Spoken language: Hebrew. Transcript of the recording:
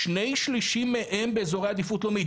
שני-שלישים מהן באזורי עדיפות לאומית,